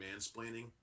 mansplaining